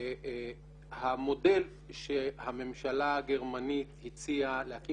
המודל שהממשלה הגרמנית הציעה להקים